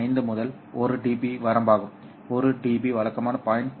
5 முதல் 1 dB வரம்பாகும் 1 dB வழக்கமான 0